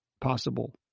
possible